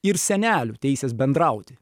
ir senelių teisės bendrauti